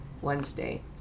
Wednesday